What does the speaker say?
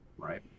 Right